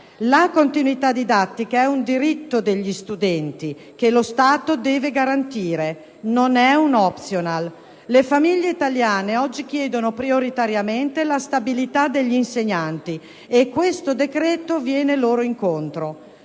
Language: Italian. la continuità didattica è un diritto degli studenti che lo Stato deve garantire, non è un *optional*. Le famiglie italiane oggi chiedono prioritariamente la stabilità degli insegnanti e questo decreto-legge viene loro incontro.